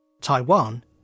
Taiwan